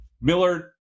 Miller